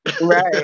Right